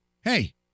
hey